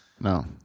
No